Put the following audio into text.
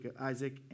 Isaac